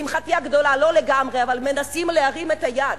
לשמחתי הגדולה לא לגמרי, אבל מנסים להרים את היד.